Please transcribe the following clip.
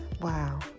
Wow